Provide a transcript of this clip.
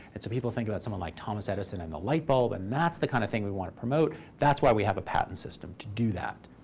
and so people think about someone like thomas edison and the light bulb, and that's the kind of thing we want to promote. that's why we have a patent system, to do that.